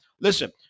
Listen